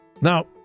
Now